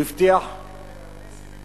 הוא הבטיח נסים,